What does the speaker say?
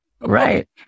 Right